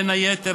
בין היתר,